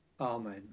Amen